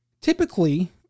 typically